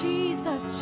Jesus